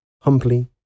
humbly